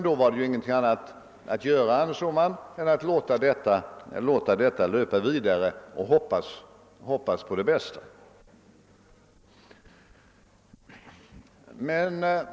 Då var det ingenting annat att göra, ansåg man, än att låta det löpa linan ut och hoppas på det bästa.